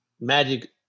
Magic